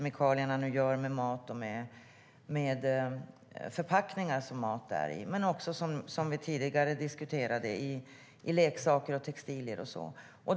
Men det finns också, som vi tidigare diskuterade, kemikalier i leksaker och textilier.